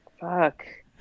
Fuck